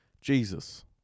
Jesus